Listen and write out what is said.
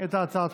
את ההצעה הדחופה.